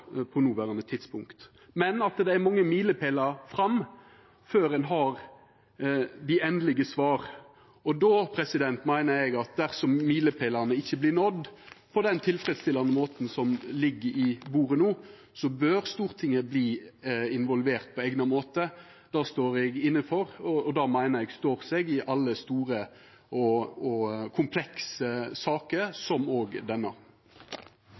Men det er mange milepælar framover før ein har dei endelege svara, og då meiner eg at dersom milepælane ikkje vert nådde på den tilfredsstillande måten som ligg på bordet no, bør Stortinget verta involvert på eigna måte. Det står eg inne for, og det meiner eg står seg i alle store og komplekse saker, som òg denne.